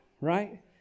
right